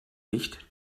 nicht